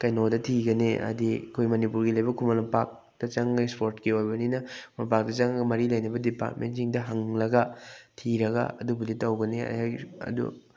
ꯀꯩꯅꯣꯗ ꯊꯤꯒꯅꯤ ꯍꯥꯏꯗꯤ ꯑꯩꯈꯣꯏ ꯃꯅꯤꯄꯨꯔꯒꯤ ꯂꯩꯕ ꯈꯨꯃꯟ ꯂꯝꯄꯥꯛꯇ ꯆꯪꯉꯒ ꯏꯁꯄꯣꯔꯠꯀꯤ ꯑꯣꯏꯕꯅꯤꯅ ꯂꯝꯄꯥꯛꯇ ꯆꯪꯉꯒ ꯃꯔꯤ ꯂꯩꯅꯕ ꯗꯤꯄꯥꯔꯃꯦꯟꯁꯤꯡꯗ ꯍꯪꯂꯒ ꯊꯤꯔꯒ ꯑꯗꯨꯕꯨꯗꯤ ꯇꯧꯒꯅꯤ ꯑꯗꯨ